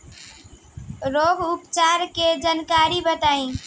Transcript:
रोग उपचार के जानकारी बताई?